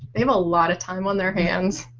a ah lot of time on their hands.